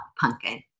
pumpkin